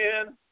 again